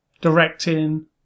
Directing